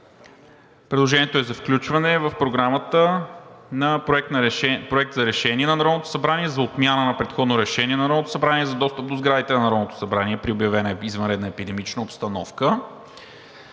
Предложението е за включване в Програмата на Народното събрание Проект на решение за отмяна на предходното решение на Народното събрание за достъп до сградите на Народното събрание при обявена извънредна епидемична обстановка,